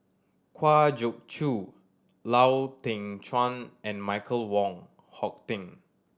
Kwa Geok Choo Lau Teng Chuan and Michael Wong Hong Teng